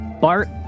Bart